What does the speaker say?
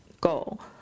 goal